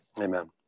amen